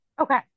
Okay